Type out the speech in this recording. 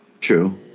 True